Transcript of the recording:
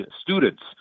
students